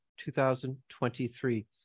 2023